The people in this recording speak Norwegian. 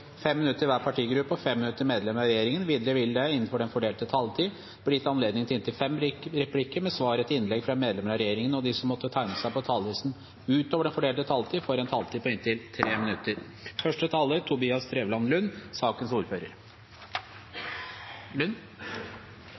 fem replikker med svar etter innlegg fra medlemmer av regjeringen, og de som måtte tegne seg på talerlisten utover den fordelte taletid, får en taletid på inntil 3 minutter.